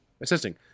assisting